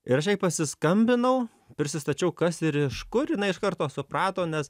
ir aš jai pasiskambinau prisistačiau kas ir iš kur jinai iš karto suprato nes